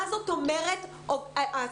מענה.